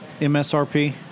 MSRP